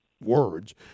words